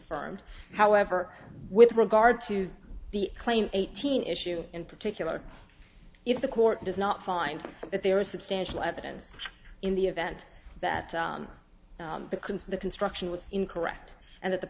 affirmed however with regard to the claim eighteen issue in particular if the court does not find that there is substantial evidence in the event that the can for the construction was incorrect and that the